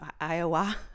Iowa